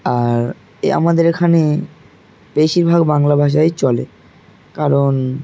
আর এ আমাদের এখানে বেশিরভাগ বাংলা ভাষাই চলে কারণ